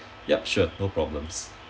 yup sure no problems